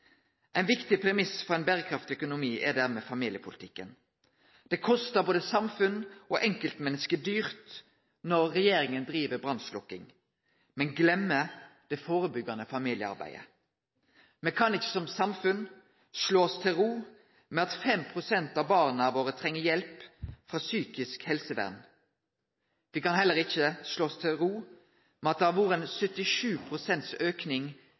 Ein viktig premiss for ein berekraftig økonomi er dermed familiepolitikken. Det kostar både samfunn og enkeltmenneske dyrt når regjeringa driv brannslokking, men gløymer det førebyggande familiearbeidet. Me kan ikkje som samfunn slå oss til ro med at 5 pst. av barna våre treng hjelp frå psykisk helsevern. Me kan heller ikkje slå oss til ro med at det har vore ein auke på 77